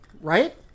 right